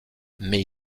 mais